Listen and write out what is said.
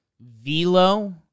Velo